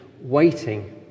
waiting